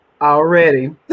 already